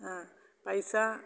ആ പൈസ